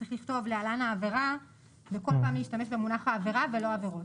צריך לכתוב להלן העבירה וכל פעם להשתמש במונח העבירה ולא עבירות.